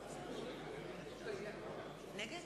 אינו נוכח ישראל כץ, נגד